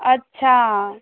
अच्छा